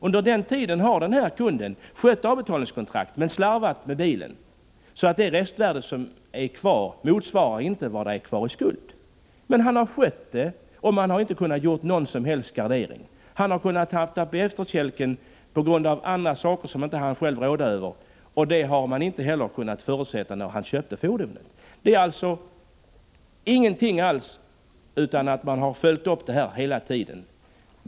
Antag att under den tiden har kunden skött avbetalningskontraktet men slarvat med bilen, så att restvärdet på bilen inte motsvarar skulden. Men han har alltså skött kontraktet, och säljaren har inte kunnat göra någon som helst gardering. Han har kunnat hamna på efterkälken på grund av andra omständigheter som han inte själv rådde över. Det kunde man inte heller förutsätta när han köpte fordonet. Man har alltså följt upp fallet hela tiden.